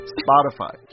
spotify